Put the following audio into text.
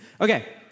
Okay